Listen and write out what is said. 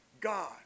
God